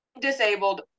disabled